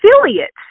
affiliates